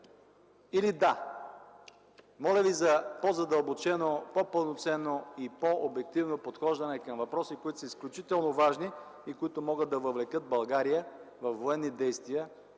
или не?! Моля Ви за по-задълбочено, по-пълноценно и по-обективно подхождане към въпроси, които са изключително важни и които могат да въвлекат България във военни действия,